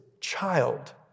child